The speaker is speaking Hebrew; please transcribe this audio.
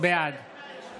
בעד